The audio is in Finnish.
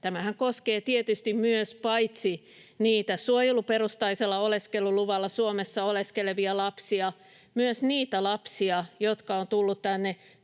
Tämähän koskee tietysti myös paitsi niitä suojeluperustaisella oleskeluluvalla Suomessa oleskelevia lapsia, myös niitä lapsia, jotka ovat tulleet tänne